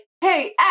hey